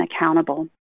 accountable